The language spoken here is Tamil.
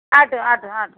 ஆகட்டும் ஆகட்டும் ஆகட்டும்